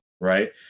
Right